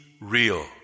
real